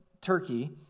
Turkey